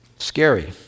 Scary